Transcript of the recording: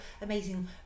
amazing